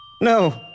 No